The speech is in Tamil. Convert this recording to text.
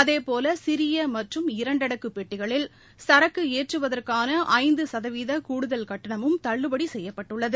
அதே போல சிறிய மற்றும் இரண்டடுக்கு பெட்டிகளில் சரக்கு ஏற்றுவதற்கான ஐந்து சதவீத கூடுதல் கட்டணமும் தள்ளுபடி செய்யப்பட்டுள்ளது